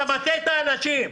אתה מטעה את האנשים.